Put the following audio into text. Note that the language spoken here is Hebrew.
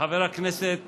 וחבר הכנסת